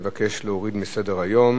מבקש להוריד מסדר-היום.